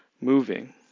moving